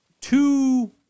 two